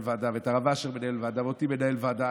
ועדה ואת הרב אשר מנהל ועדה ואותי מנהל ועדה,